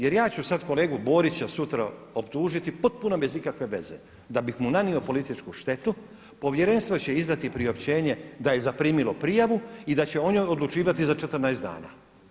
Jer ja ću sada kolegu Borića sutra optužiti potpuno bez ikakve veze da bih mu nanio politički štetu, povjerenstvo će izdati priopćenje da je zaprimilo prijavu i da će o njoj odlučivati za 14 dana.